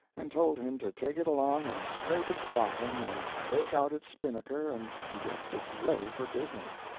and told him to take it along and scrape its bottom and break out its spinnaker and get it ready for business.